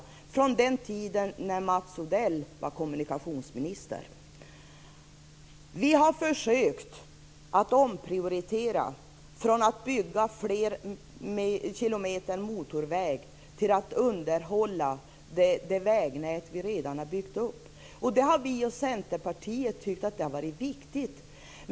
Det är skulder från den tid då Mats Vi har försökt omprioritera från att bygga fler kilometer motorväg till att underhålla det vägnät vi redan har byggt upp. Vi och Centerpartiet har tyckt att det har varit viktigt.